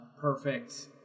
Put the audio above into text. perfect